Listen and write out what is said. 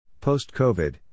Post-COVID